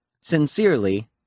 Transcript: Sincerely